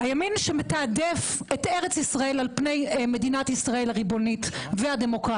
הימין מתעדף את ארץ ישראל על פני מדינת ישראל הריבונית והדמוקרטית,